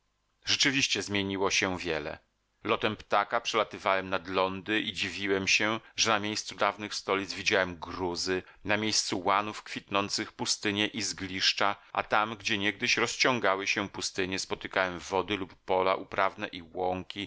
rzeczywiście zmieniło się wiele lotem ptaka przelatywałem nad lądy i dziwiłem się że na miejscu dawnych stolic widziałem gruzy na miejscu łanów kwitnących pustynie i zgliszcza a tam gdzie niegdyś rozciągały się pustynie spotykałem wody lub pola uprawne i łąki